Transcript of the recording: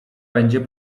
będzie